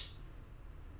应该